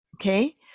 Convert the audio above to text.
okay